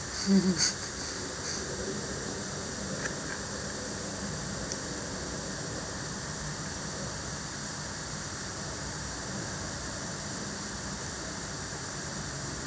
mmhmm